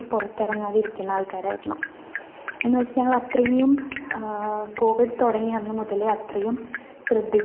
പുറത്തിറങ്ങാതെ ഇരിക്കുന്ന ആൾക്കാരായിരുന്നു എന്നു വെച്ചാൽ അത്രയും കോവിഡ് തുടങ്ങിയ അന്നു മുതലേ അത്രയും ശ്രദ്ധിച്ചിട്ടാണ്